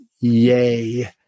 Yay